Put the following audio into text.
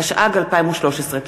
התשע"ג 2013. תודה.